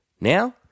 Now